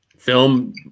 Film